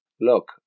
look